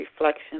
reflection